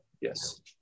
Yes